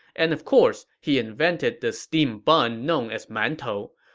and of course, he invented the steamed bun known as mantou.